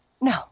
no